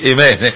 Amen